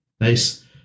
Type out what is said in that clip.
Nice